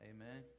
Amen